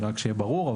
שיהיה ברור.